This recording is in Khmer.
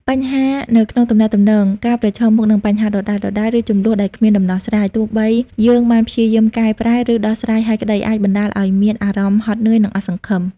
បញ្ហានៅក្នុងទំនាក់ទំនងការប្រឈមមុខនឹងបញ្ហាដដែលៗ ឬជម្លោះដែលគ្មានដំណោះស្រាយ ទោះបីយើងបានព្យាយាមកែប្រែ ឬដោះស្រាយហើយក្តី អាចបណ្តាលឲ្យមានអារម្មណ៍ហត់នឿយ និងអស់សង្ឃឹម។